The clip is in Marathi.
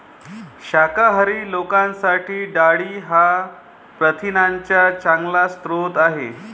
शाकाहारी लोकांसाठी डाळी हा प्रथिनांचा चांगला स्रोत आहे